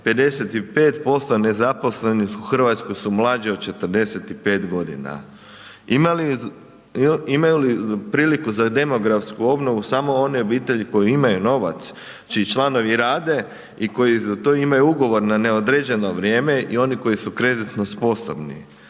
55% nezaposlenih u Hrvatskoj su mlađe od 45 godina. Imaju li priliku za demografsku obnovu samo one obitelji koje imaju novac, čiji članovi rade i koji za to imaju ugovor na neodređeno vrijeme i oni koji su kreditno sposobni?